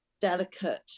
delicate